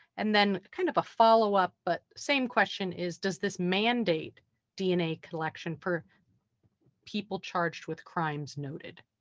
and then kind of a follow up but same question is does this mandate dna collection for people charged with crimes noted?